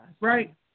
Right